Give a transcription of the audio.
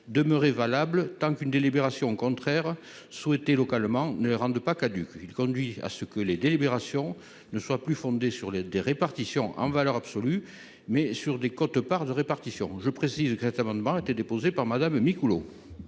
demeurait valable tant qu'une délibération au contraire souhaité localement ne rendent pas caduc, qui conduit à ce que les délibérations ne soit plus fondée sur les des répartitions en valeur absolue mais sur des côtes par de répartition je précise amendements été déposés par Madame Micouleau.